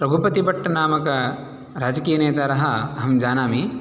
रघुपतिभट्टनामकराजकीयनेतारः अहं जानामि